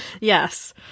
yes